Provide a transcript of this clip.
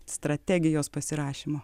strategijos pasirašymo